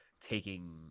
taking